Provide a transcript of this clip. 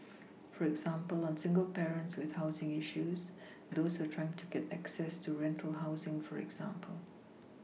for example on single parents with housing issues those who are trying to get access to rental housing for example